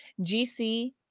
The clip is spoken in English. GC-